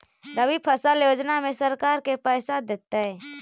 रबि फसल योजना में सरकार के पैसा देतै?